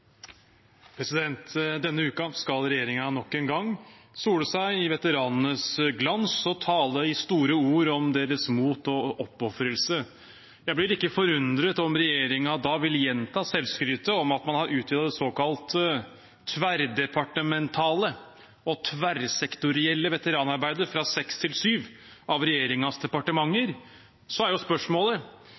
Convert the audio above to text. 7. Denne uken skal regjeringen nok en gang sole seg i veteranenes glans og tale i store ord om deres mot og oppofrelse. Jeg blir ikke forundret om regjeringen da vil gjenta selvskrytet om at man har utvidet det såkalte tverrdepartementale og tverrsektorielle veteranarbeidet fra seks til syv av regjeringens departementer. Så er spørsmålet: